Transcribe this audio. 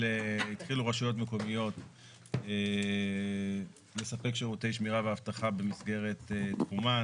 רשויות מקומיות לספק שירותי שמירה ואבטחה בתחומן,